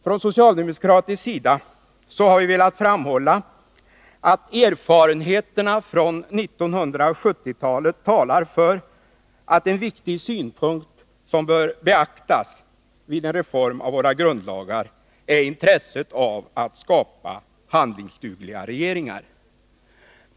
Från socialdemokratisk sida har vi velat framhålla att erfarenheterna från 1970-talet talar för att en viktig synpunkt, som bör beaktas vid en reform av våra grundlagar, är intresset av att skapa handlingsdugliga regeringar.